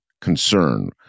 concern